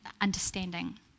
understanding